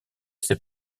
ses